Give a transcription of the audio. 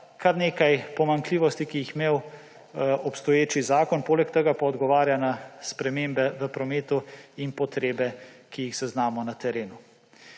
kar nekaj pomanjkljivosti, ki jih je imel obstoječi zakon, poleg tega pa odgovarja na spremembe v prometu in potrebe, ki jih zaznamo na terenu.